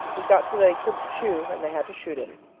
he got so that he couldn't chew and they had to shoot him.